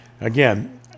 again